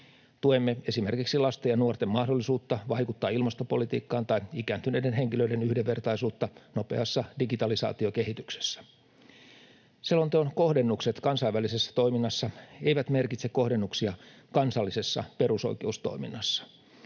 Tuemme esimerkiksi lasten ja nuorten mahdollisuutta vaikuttaa ilmastopolitiikkaan tai ikääntyneiden henkilöiden yhdenvertaisuutta nopeassa digitalisaatiokehityksessä. Selonteon kohdennukset kansainvälisessä toiminnassa eivät merkitse kohdennuksia kansallisessa perusoikeustoiminnassa.